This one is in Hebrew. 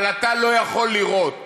אבל אתה לא יכול לראות